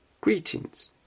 Greetings